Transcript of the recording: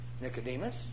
Nicodemus